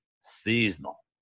seasonal